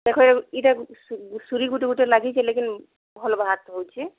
ଦେଖ ଏଇଟା ସୁରି ଗୁଟେ ଗୁଟେ ଲାଗିଚି ଲେକିନ୍ ଭଲ ବାହାର ତ ହଉଚି